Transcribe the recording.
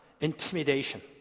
intimidation